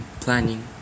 planning